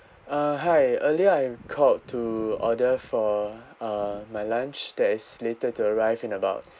uh hi earlier and called to order for uh my lunch that is later to arrive in about